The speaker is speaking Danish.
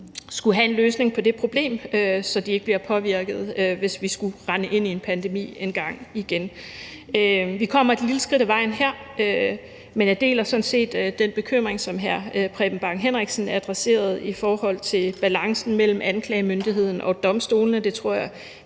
finder en løsning på det problem, så domstolene ikke bliver påvirket, hvis vi skulle rende ind i en pandemi igen engang. Vi kommer et lille skridt ad vejen her, men jeg deler sådan set den bekymring, som hr. Preben Bang Henriksen adresserede i forhold til balancen mellem anklagemyndigheden og domstolene. Det tror jeg